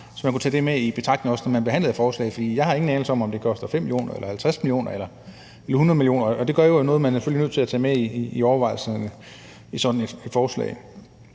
så man også kunne tage det med i betragtning, når man behandlede forslaget, for jeg har ingen anelse om, om det koster 5, 50 eller 100 mio. kr., og det er jo selvfølgelig noget, man er nødt til at tage med i overvejelserne i forbindelse